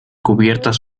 cubiertas